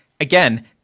again